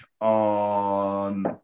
on